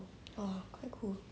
!wah! quite cool